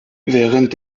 während